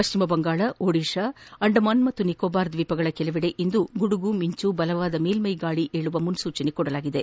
ಪಶ್ಲಿಮ ಬಂಗಾಳ ಒಡಿಶಾ ಅಂಡಮಾನ್ ಮತ್ತು ನಿಕೋಬಾರ್ ದ್ವೀಪಗಳ ಕೆಲವೆಡೆ ಇಂದು ಗುಡುಗು ಮಿಂಚು ಬಲವಾದ ಮೇಲ್ಟೆಗಾಳಿ ಏಳುವ ಮುನ್ಲೂಚನೆ ನೀಡಲಾಗಿದೆ